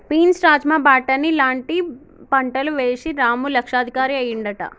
beans rajma బాటని లాంటి పంటలు వేశి రాము లక్షాధికారి అయ్యిండట